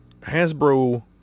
Hasbro